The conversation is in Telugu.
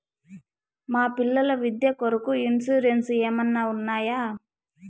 మా పిల్లల విద్య కొరకు ఇన్సూరెన్సు ఏమన్నా ఉన్నాయా?